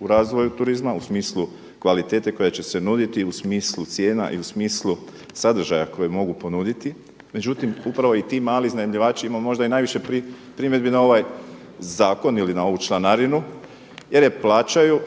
u razvoju turizma u smislu kvalitete koja će se nuditi i u smislu cijena i u smislu sadržaja koji mogu ponuditi. Međutim, upravo i ti mali iznajmljivači imaju možda i najviše primjedbi na ovaj zakon ili na ovu članarinu jer je plaćaju